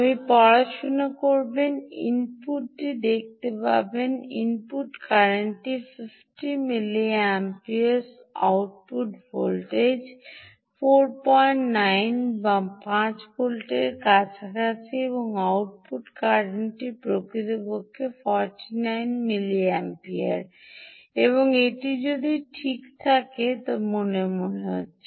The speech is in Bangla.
আপনি পড়াশুনা করবেন ইনপুটটি 8 টি দেখতে পাবে ইনপুট কারেন্টটি 50 মিলিঅ্যাম্পিয়ার আউটপুট ভোল্টেজ 49 যা 5 ভোল্টের কাছাকাছি এবং আউটপুট কারেন্টটি প্রকৃতপক্ষে 49 মিলিঅ্যাম্পিয়ার এবং এটি ঠিক আছে বলে মনে হচ্ছে